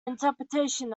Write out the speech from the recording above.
interpretation